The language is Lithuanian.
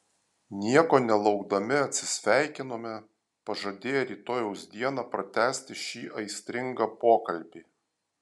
nieko nelaukdami atsisveikinome pažadėję rytojaus dieną pratęsti šį aistringą pokalbį